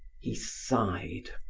he sighed.